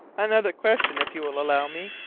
another question, if you will allow me?